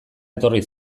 etorri